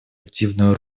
активную